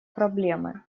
проблемы